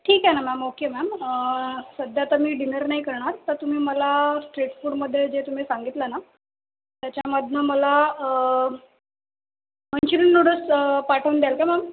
ठीक आहे ना मॅम ओके मॅम सध्या तर मी डिनर नाही करणार तर तुम्ही मला स्ट्रीटफूडमध्ये जे तुम्ही सांगितलं ना त्याच्यामधून मला मंचुरियन नूडल्स पाठवून द्याल का मॅम